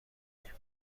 دیگه